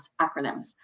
acronyms